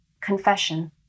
confession